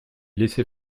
laisser